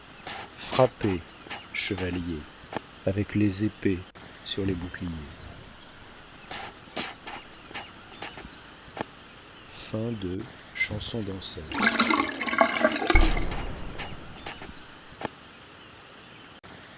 frappez chevaliers avec les épées sur les boucliers